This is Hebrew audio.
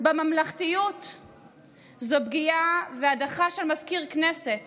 והדחה של מזכיר כנסת